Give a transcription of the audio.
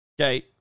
Okay